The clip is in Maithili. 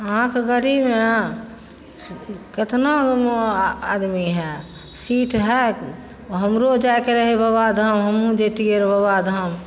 अहाँके गाड़ीमे केतना आदमी हइ सीट हैत हमरो जायके रहय बबाधाम हमहुँ जइतियै रऽ बाबाधाम